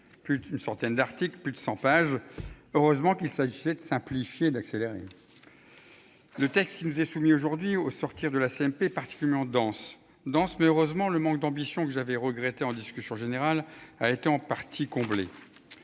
d'une centaine d'articles, plus de 100 pages. Heureusement qu'il s'agissait de simplifier et d'accélérer. Le texte qui nous est soumis aujourd'hui au sortir de la CMP particulièrement dense, dense, mais heureusement le manque d'ambition que j'avais regretté en discussion générale a été en partie comblé.